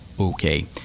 okay